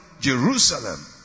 Jerusalem